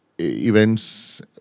events